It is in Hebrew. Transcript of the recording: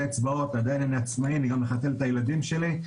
אצבעות אני עדיין עצמאי ומחתל את הילדים שלי,